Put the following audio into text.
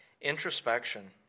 Introspection